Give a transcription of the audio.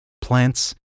plants